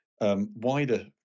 wider